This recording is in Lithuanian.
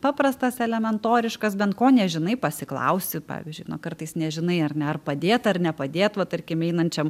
paprastas elementoriškas bent ko nežinai pasiklausi pavyzdžiui kartais nežinai ar ne ar padėt ar nepadėt va tarkim einančiam